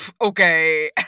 okay